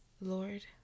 Lord